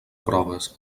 proves